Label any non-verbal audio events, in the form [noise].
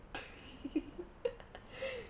[laughs]